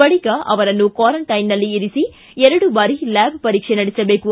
ಬಳಿಕ ಅವರನ್ನು ಕ್ವಾರಂಟೈನ್ನಲ್ಲಿ ಇರಿಸಿ ಎರಡು ಬಾರಿ ಲ್ಯಾಬ್ ಪರೀಕ್ಷೆ ನಡೆಸಬೇಕು